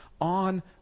on